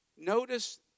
Notice